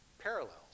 parallels